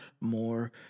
more